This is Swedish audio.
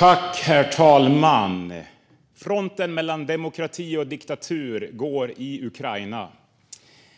Herr talman! Fronten mellan demokrati och diktatur går i Ukraina.